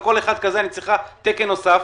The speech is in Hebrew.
על כל אחד כזה אני צריכה תקן נוסף,